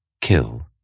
Kill